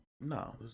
no